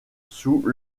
sous